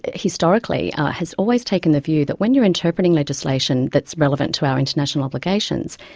historically, has always taken the view that when you're interpreting legislation that's relevant to our international obligations,